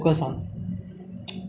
and like like be